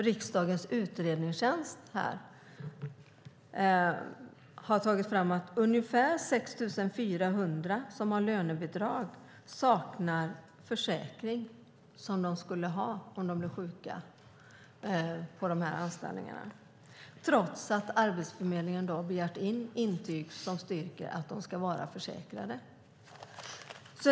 Riksdagens utredningstjänst har tagit fram uppgiften att ungefär 6 400 personer av dem som har lönebidrag saknar den försäkring som de borde ha om de blir sjuka, trots att Arbetsförmedlingen har begärt intyg som styrker att de ska vara försäkrade.